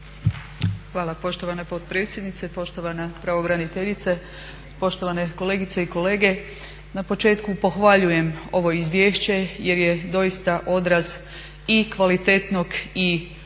Hvala poštovana potpredsjednice. Poštovana pravobraniteljice, poštovane kolegice i kolege. Na početku pohvaljujem ovo izvješće jer je doista odraz i kvalitetnog i opsežnog